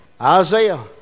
Isaiah